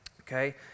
okay